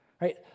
right